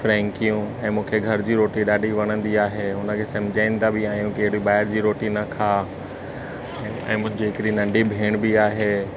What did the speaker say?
फ्रैंकियूं ऐं मूंखे घर जी रोटी ॾाढी वणंदी आहे उनखे सम्झाईंदा बि आहियूं की ॿाहिरि जी रोटी न खा ऐं मुंहिंजी हिकिड़ी नंढी भेण बि आहे